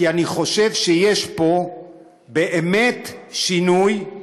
כי אני חושב שיש פה באמת שינוי,